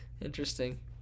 Interesting